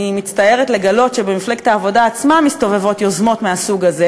אני מצטערת לגלות שבמפלגת העבודה עצמה מסתובבות יוזמות מהסוג הזה,